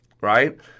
right